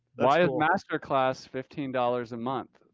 why is masterclass fifteen dollars a month?